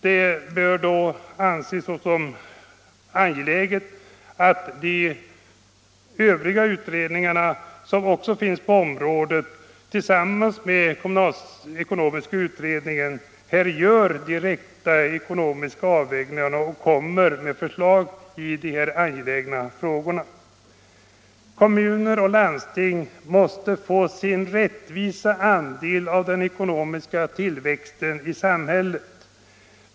Det är då angeläget att de övriga utredningarna på området tillsammans med kommunalekonomiska utredningen gör de direkta ekonomiska avvägningarna och framlägger förslag i dessa angelägna frågor. Kommuner och landsting måste få sin rättvisa andel av den ekono miska tillväxten i samhället.